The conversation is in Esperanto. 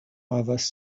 havas